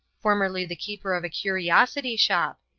formerly the keeper of a curiosity shop.